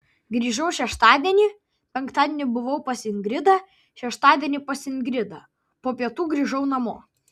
grįžau šeštadienį penktadienį buvau pas ingridą šeštadienį pas ingridą po pietų grįžau namo